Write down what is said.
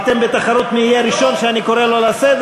אתם בתחרות מי יהיה הראשון שאני קורא לו לסדר?